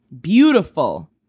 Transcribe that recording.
beautiful